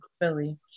Philly